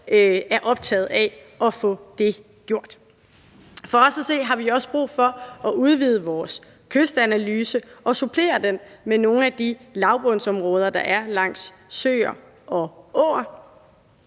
er optaget af at få det gjort. For os at se har vi også brug for at udvide vores kystanalyse og supplere den med nogle af de lavbundsområder, der er langs søer og åer,